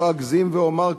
לא אגזים ואומר,